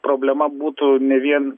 problema būtų ne vien